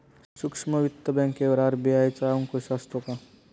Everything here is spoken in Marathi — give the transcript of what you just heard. सूक्ष्म वित्त बँकेवर आर.बी.आय चा अंकुश असतो का?